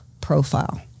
profile